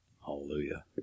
Hallelujah